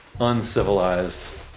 uncivilized